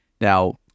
Now